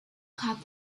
caught